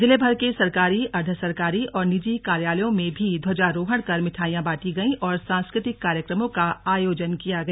जिलेभर के सरकारी अर्ध सरकारी और निजी कार्यालयों में भी ध्वजारोहण कर मिठाइयां बांटी गयी और सांस्कृतिक कार्यक्रमों का आयोजन किया गया